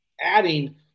adding